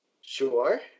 sure